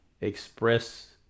express